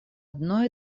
одной